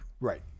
Right